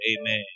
Amen